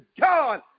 God